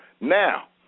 Now